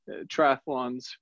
triathlons